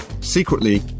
Secretly